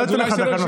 לא אתן לך דקה נוספת.